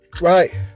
right